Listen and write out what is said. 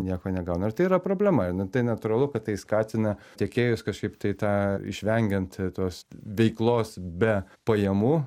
nieko negauna ir tai yra problema nu tai natūralu kad tai skatina tiekėjus kažkaip tai tą išvengiant tos veiklos be pajamų